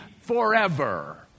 forever